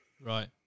Right